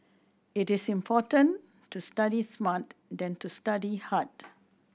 it is important to study smart than to study hard